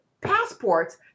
passports